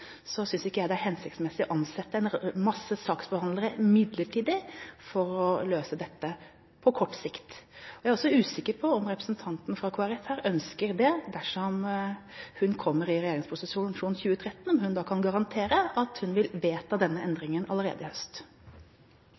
synes jeg ikke det er hensiktsmessig å ansette en masse saksbehandlere midlertidig for å løse dette på kort sikt. Jeg er også usikker på om representanten fra Kristelig Folkeparti ønsker det dersom hun kommer i regjeringsposisjon i 2013 – om hun da kan garantere at hun vil vedta denne endringen allerede i høst.